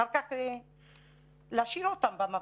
אחר כך להשאיר אותם במעבדות.